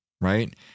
Right